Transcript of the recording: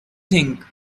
think